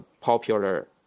popular